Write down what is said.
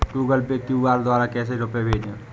Google Pay QR द्वारा कैसे रूपए भेजें?